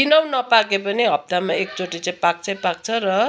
दिनहुँ नपाके पनि हप्तामा एकचोटि चाहिँ पाक्छै पाक्छ र